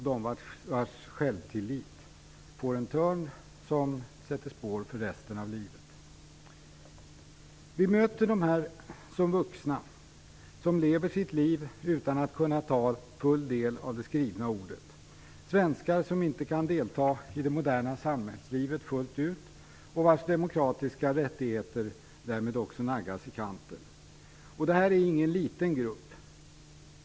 Deras självtillit får en törn, och det sätter spår för resten av livet. Vi möter dem som vuxna, de som lever sina liv utan att kunna ta full del av det skrivna ordet. Det handlar om svenskar som inte kan delta fullt ut i det moderna samhällslivet, och vilkas demokratiska rättigheter därmed också naggas i kanten. Det här är ingen liten grupp.